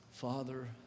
Father